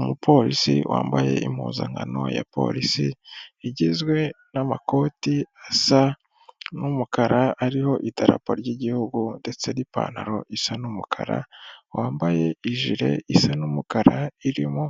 Umupolisi wambaye impuzankano ya polisi igizwe n'amakoti asa n'umukara hariho idarapo ry'igihugu ndetse n'ipantaro isa n'umukara wambaye ijile isa n'umukara irimo